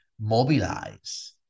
mobilize